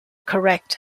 correct